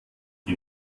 die